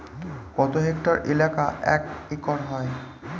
কত হেক্টর এলাকা এক একর হয়?